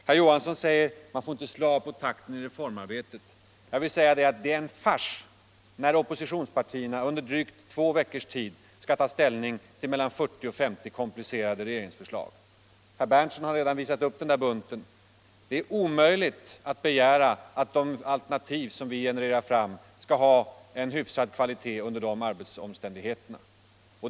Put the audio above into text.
Herr Johansson i Trollhättan säger att man inte får slå av på takten i reformarbetet. Det är en fars när oppositionspartierna under drygt två veckors tid skall ta ställning till 40-50 komplicerade regeringsförslag. Herr Berndtson har redan visat upp bunten med propositioner. Det är omöjligt att begära att de alternativ som vi genererar skall ha en hyfsad kvalitet under sådana omständigheter.